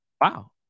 Wow